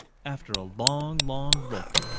after a long, long look,